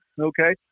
Okay